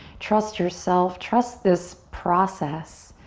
trust yourself. trust this process.